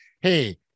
Hey